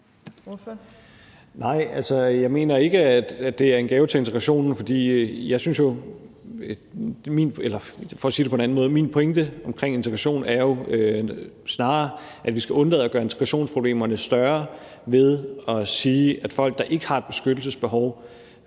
jeg mener ikke, at det er en gave til integrationen, for min pointe omkring integration er jo snarere, at vi skal undlade at gøre integrationsproblemerne større ved at sige, at folk, der ikke har et beskyttelsesbehov,